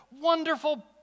wonderful